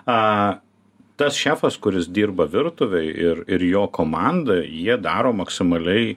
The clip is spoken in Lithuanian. a tas šefas kuris dirba virtuvėj ir ir jo komanda jie daro maksimaliai